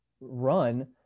run